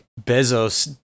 Bezos